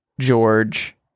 George